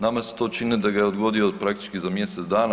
Nama se to čini da ga je odgodio praktički za mjesec dana.